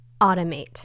automate